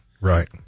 right